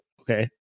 okay